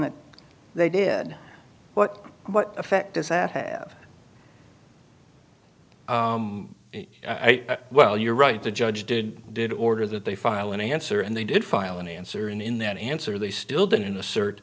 that they did what what effect does that have i've well you're right the judge did did order that they file an answer and they did file an answer and in that answer they still didn't